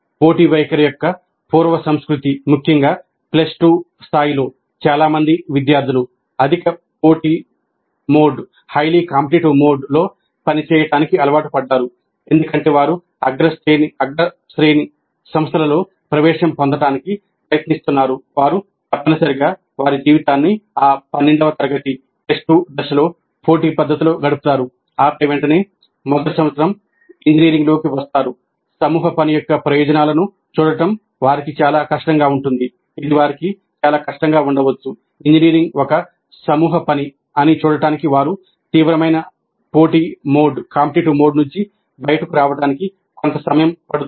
పోటీ వైఖరి యొక్క పూర్వ సంస్కృతి ముఖ్యంగా ప్లస్ టూ స్థాయిలో చాలా మంది విద్యార్థులు అధిక పోటీ మోడ్ నుండి బయటకు రావడానికి కొంత సమయం పడుతుంది